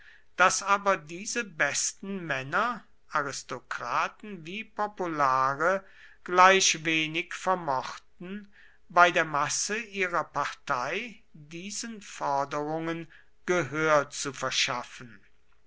daß aber diese besten männer aristokraten wie populare gleich wenig vermochten bei der masse ihrer partei diesen forderungen gehör zu verschaffen